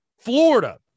Florida